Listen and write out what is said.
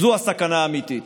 זו הסכנה האמיתית.